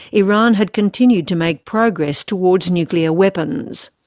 iran had continued to make progress towards nuclear weapons.